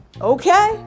okay